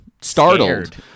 startled